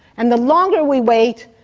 and the longer we wait,